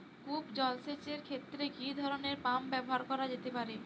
কূপ জলসেচ এর ক্ষেত্রে কি ধরনের পাম্প ব্যবহার করা যেতে পারে?